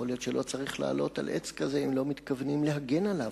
יכול להיות שלא צריך לעלות על עץ כזה אם לא מתכוונים להגן עליו.